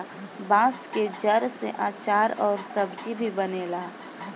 बांस के जड़ से आचार अउर सब्जी भी बनेला